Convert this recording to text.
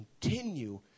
continue